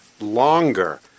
longer